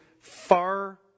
far